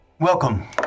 Welcome